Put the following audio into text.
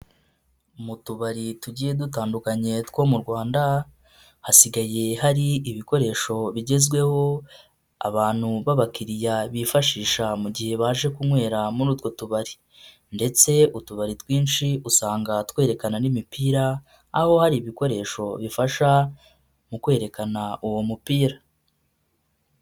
Mu tubari tugiye dutandukanye two mu Rwanda hasigaye hari ibikoresho bigezweho abantu b'abakiriya bifashisha mu gihe baje kunywera muri utwo tubari ndetse utubari twinshi usanga twerekana n'imipira aho hari ibikoresho bifasha mu kwerekana uwo mupira.